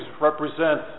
represent